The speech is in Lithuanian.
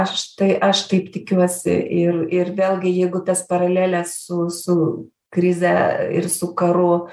aš tai aš taip tikiuosi ir ir vėlgi jeigu tas paraleles su su krize ir su karu